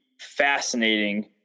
fascinating